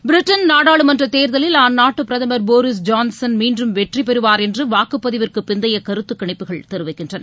Britain நாடாளுமன்ற தேர்தலில் அந்நாட்டு பிரதமர் போரிஸ் ஜான்சன் மீண்டும் வெற்றி பெறுவார் என்று வாக்குப்பதிவுக்கு பிந்தைய கருத்து கணிப்புகள் தெரிவிக்கின்றன